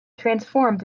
transformed